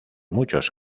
muchos